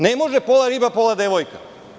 Ne može pola riba, pola devojka.